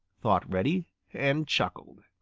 thought reddy, and chuckled.